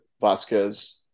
Vasquez